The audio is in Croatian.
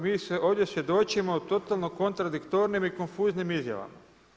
Mi ovdje svjedočimo totalno kontradiktornim i konfuznim izjavama.